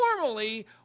normally